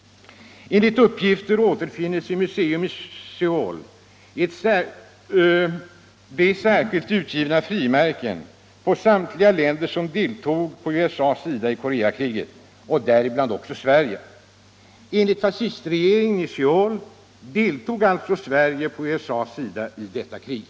Enligt uppgift återfinns i ett museum i Söul särskilt utgivna frimärken på samtliga länder som deltog på USA:s sida i Koreakriget, däribland även Sverige. Enligt fascistregeringen i Söul deltog alltså Sverige på USA:s sida i detta krig.